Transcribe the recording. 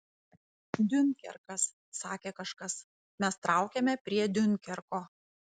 diunkerkas sakė kažkas mes traukiame prie diunkerko